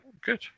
Good